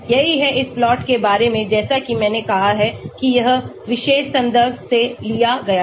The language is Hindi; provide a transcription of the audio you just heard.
यही है इस प्लॉट के बारे में जैसा कि मैंने कहा है कि यह विशेष संदर्भ से लिया गया है